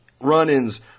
run-ins